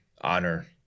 honor